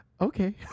Okay